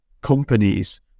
companies